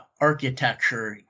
architecture